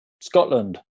Scotland